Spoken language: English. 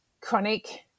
chronic